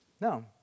No